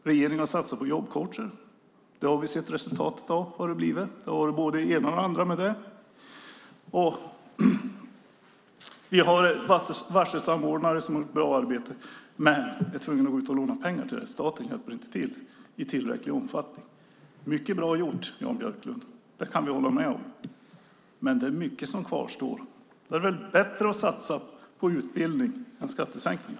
Regeringen har satsat på jobbcoacher. Det har vi sett resultatet av. Det har varit både det ena och det andra med det. Vi har också varselsamordnare som har gjort ett bra arbete. Men de är tvungna att gå ut och låna pengar till det. Staten hjälper inte till i tillräcklig omfattning. Det är mycket bra som är gjort, Jan Björklund. Det kan vi hålla med om. Men det är mycket som kvarstår. Då är det väl bättre att satsa på utbildning än på skattesänkningar?